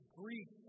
grief